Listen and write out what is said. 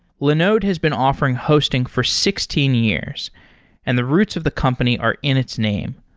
linode has been offering hosting for sixteen years and the roots of the company are in its name.